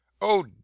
Oh